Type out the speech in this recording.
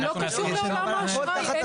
זה לא קשור לעולם האשראי, אין סיבה לתת את זה.